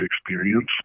experience